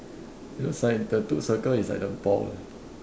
it looks like the two circle is like the ball